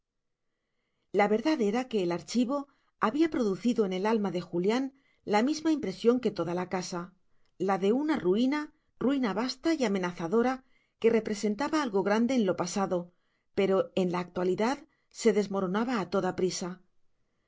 la verdad era que el archivo había producido en el alma de julián la misma impresión que toda la casa la de una ruina ruina vasta y amenazadora que representaba algo grande en lo pasado pero en la actualidad se desmoronaba a toda prisa